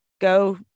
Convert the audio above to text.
Go